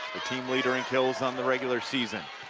the team leader in kills on the regular season.